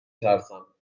ترسم